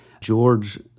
George